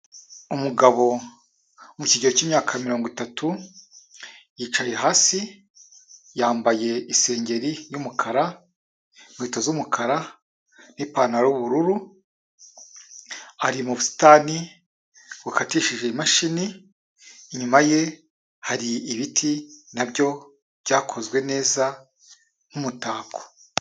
Umugabo mu kigero cy'imyaka mirongo itatu, yicaye hasi, yambaye isengeri y'umukara, inkweto z'umukara, n'ipantaro y'ubururu, ari mu busitani bukatishije imashini, inyuma ye hari ibiti nabyo byakozwe neza nk'umutako.